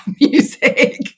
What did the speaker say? music